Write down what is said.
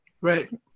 Right